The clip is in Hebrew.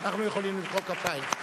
אנחנו יכולים למחוא כפיים.